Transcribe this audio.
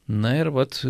na ir vat